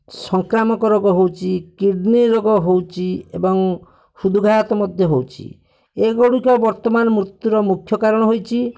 ସଂକ୍ରାମକ ରୋଗ ହେଉଛି କିଡ଼୍ନୀ ରୋଗ ହେଉଛି ଏବଂ ହୃଦ୍ଘାତ ମଧ୍ୟ ହେଉଛି ଏଗୁଡ଼ିକ ବର୍ତ୍ତମାନ ମୃତ୍ୟୁର ମୁଖ୍ୟ କାରଣ ହେଉଛି